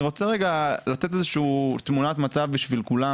אני רוצה רגע לתת איזו שהיא תמונת מצב בשביל כולם